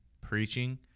preaching